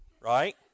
right